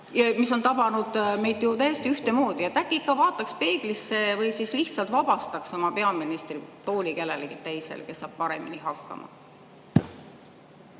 mis on tabanud meid ju täiesti ühtemoodi. Äkki ikka vaataks peeglisse või siis lihtsalt vabastaks oma peaministritooli kellelegi teisele, kes saab paremini hakkama?